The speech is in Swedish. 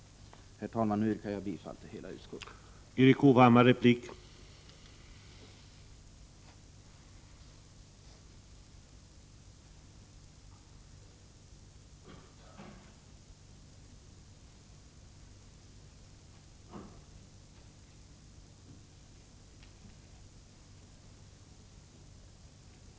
Herr talman! Jag yrkar återigen bifall till utskottets hemställan i dess helhet.